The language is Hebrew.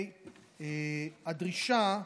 אם תרצה,